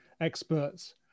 experts